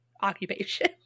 occupation